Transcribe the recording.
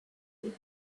moon